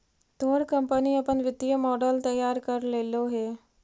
तोर कंपनी अपन वित्तीय मॉडल तैयार कर लेलो हे?